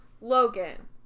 Logan